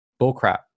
bullcrap